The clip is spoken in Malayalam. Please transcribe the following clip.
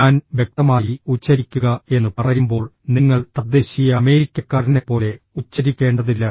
ഞാൻ വ്യക്തമായി ഉച്ചരിക്കുക എന്ന് പറയുമ്പോൾ നിങ്ങൾ തദ്ദേശീയ അമേരിക്കക്കാരനെപ്പോലെ ഉച്ചരിക്കേണ്ടതില്ല